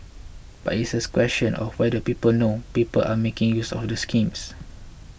but it is a question of whether people know people are making use of the schemes